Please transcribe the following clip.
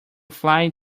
fry